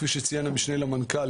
כפי שציין המשנה למנכ"ל,